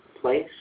place